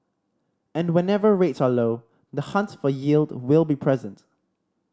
and whenever rates are low the hunt for yield will be present